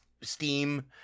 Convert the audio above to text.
Steam